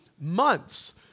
months